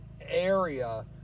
area